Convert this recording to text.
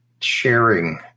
sharing